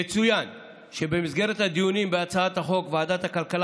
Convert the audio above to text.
יצוין שבמסגרת הדיונים בהצעת החוק ועדת הכלכלה